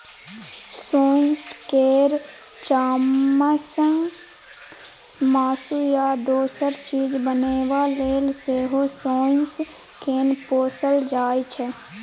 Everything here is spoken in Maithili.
सोंइस केर चामसँ मासु या दोसर चीज बनेबा लेल सेहो सोंइस केँ पोसल जाइ छै